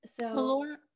So-